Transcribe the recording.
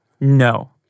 no